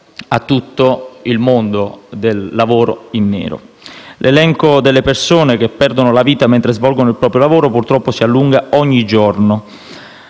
a tutto il mondo del lavoro in nero. L'elenco delle persone che perdono la vita mentre svolgono il proprio lavoro purtroppo si allunga ogni giorno.